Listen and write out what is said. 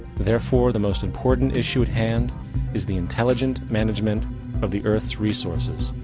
therefore, the most important issue at hand is the intelligent management of the earth's resources.